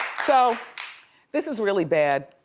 so this is really bad.